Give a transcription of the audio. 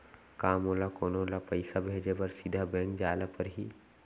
का मोला कोनो ल पइसा भेजे बर सीधा बैंक जाय ला परही?